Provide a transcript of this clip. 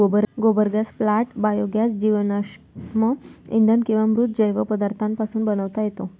गोबर gas plant biogas जीवाश्म इंधन किंवा मृत जैव पदार्थांपासून बनवता येतो